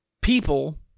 people